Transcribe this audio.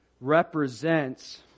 Represents